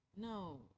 no